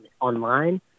online